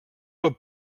del